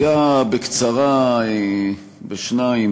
אגע בקצרה בשניים.